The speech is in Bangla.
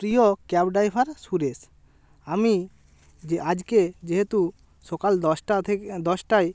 প্রিয় ক্যাব ড্রাইভার সুরেশ আমি যে আজকে যেহেতু সকাল দশটা থেকে দশটায়